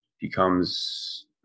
becomes